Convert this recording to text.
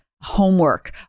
homework